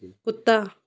ਕੁੱਤਾ